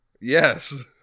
Yes